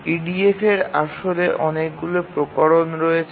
EDF এর আসলে অনেকগুলি প্রকরণ রয়েছে